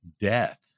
death